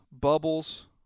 bubbles